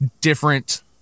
different